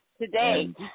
today